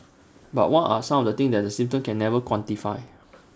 but what are some of the things the system can never quantify